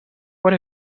what